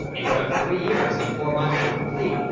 and took three years and four months to complete,